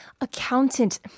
accountant